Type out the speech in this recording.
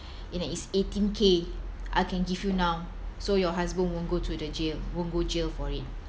you know it's eighteen k I can give you now so your husband won't go to the jail won't go jail for it